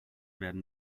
werden